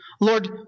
Lord